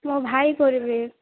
ମୋ ଭାଇ କରିବେ